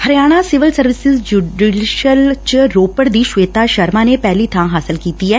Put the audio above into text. Haryana civil service judicial ਚ ਰੋਪੜ ਦੀ ਸ਼ਵੇਤਾ ਸ਼ਰਮਾ ਨੇ ਪਹਿਲੀ ਥਾਂ ਹਾਸਲ ਕੀਤੀ ਐ